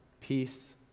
peace